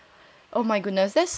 oh my goodness that's so sad